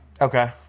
Okay